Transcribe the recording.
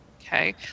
Okay